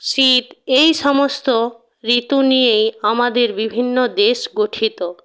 শীত এই সমস্ত ঋতু নিয়েই আমাদের বিভিন্ন দেশ গঠিত